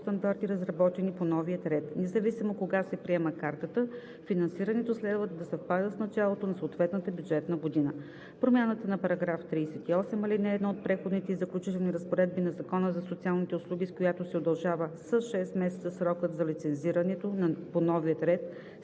стандарти, разработени по новия ред. Независимо кога се приема картата, финансирането следва да съвпада с началото на съответната бюджетна година. Промяната на § 38, ал. 1 от Преходните и заключителните разпоредби на Закона за социалните услуги, с която се удължава с 6 месеца срокът за лицензирането по новия ред,